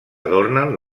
adornen